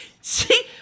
See